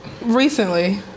Recently